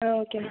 okay ma'am